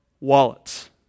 wallets